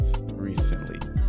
recently